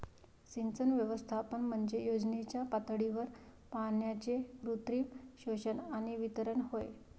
सिंचन व्यवस्थापन म्हणजे योजनेच्या पातळीवर पाण्याचे कृत्रिम शोषण आणि वितरण होय